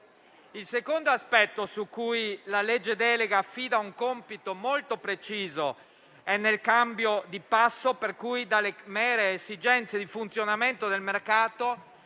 Il secondo aspetto su cui la legge delega affida un compito molto preciso è nel cambio di passo per cui dalle mere esigenze di funzionamento del mercato